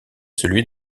celui